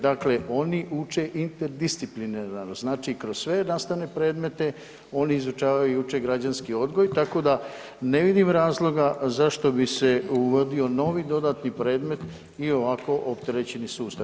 Dakle, oni uče interdisciplinarno, znači kroz sve nastavne predmete, oni izučavaju i uče građanski odgoj, tako da ne vidim razloga zašto bi se uvodio novi dodatni predmet i u ovako opterećeni sustav.